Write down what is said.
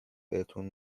بهتون